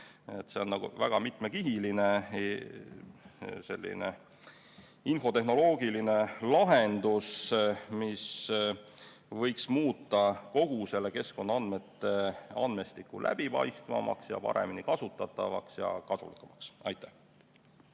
see on väga mitmekihiline infotehnoloogiline lahendus, mis võiks muuta kogu keskkonnaandmestiku läbipaistvamaks, paremini kasutatavaks ja kasulikumaks. Aitäh!